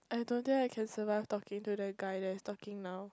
I don't think I can survive talking to that guy that's talking now